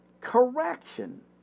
correction